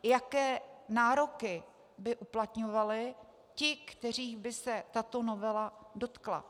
Jaké nároky by uplatňovali ti, kterých by se tato novela dotkla?